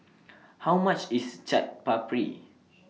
How much IS Chaat Papri